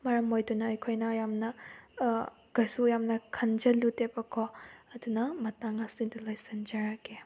ꯃꯔꯝ ꯑꯣꯏꯗꯨꯅ ꯑꯩꯈꯣꯏꯅ ꯌꯥꯝꯅ ꯀꯩꯁꯨ ꯌꯥꯝꯅ ꯈꯜꯖꯤꯜꯂꯨꯗꯦꯕꯀꯣ ꯑꯗꯨꯅ ꯃꯇꯥꯡ ꯑꯁꯤꯗ ꯂꯣꯏꯁꯤꯟꯖꯔꯒꯦ